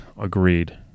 agreed